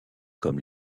comme